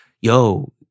yo